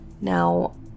Now